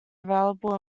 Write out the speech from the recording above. available